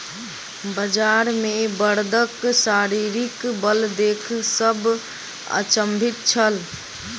बजार मे बड़दक शारीरिक बल देख सभ अचंभित छल